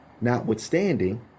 Notwithstanding